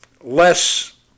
less